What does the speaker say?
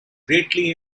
greatly